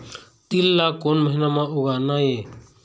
तील ला कोन महीना म उगाना ये?